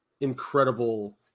incredible